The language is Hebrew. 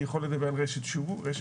אני יכול לדבר על רשת שובו,